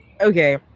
Okay